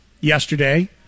yesterday